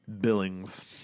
Billings